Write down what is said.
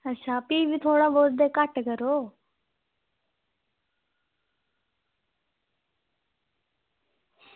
अच्छा फ्ही बी थोह्ड़ा बौह्त ते घट्ट करो